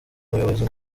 umuyobozi